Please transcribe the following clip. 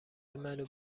منو